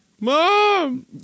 mom